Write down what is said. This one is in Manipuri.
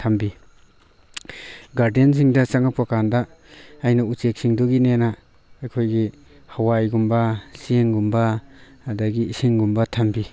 ꯊꯝꯕꯤ ꯒꯥꯔꯗꯦꯟꯁꯤꯡꯗ ꯆꯪꯉꯛꯄ ꯀꯥꯟꯗ ꯑꯩꯅ ꯎꯆꯦꯛꯁꯤꯡꯗꯨꯒꯤꯅꯦꯅ ꯑꯩꯈꯣꯏꯒꯤ ꯍꯋꯥꯏꯒꯨꯝꯕ ꯆꯦꯡꯒꯨꯝꯕ ꯑꯗꯒꯤ ꯏꯁꯤꯡꯒꯨꯝꯕ ꯊꯝꯕꯤ